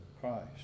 Christ